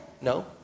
No